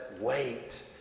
wait